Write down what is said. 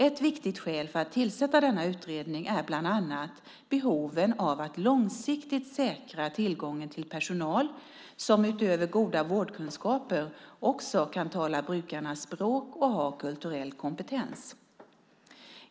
Ett viktigt skäl för att tillsätta denna utredning är bland annat behoven av att långsiktigt säkra tillgången till personal som utöver goda vårdkunskaper också kan tala brukarnas språk och har kulturell kompetens.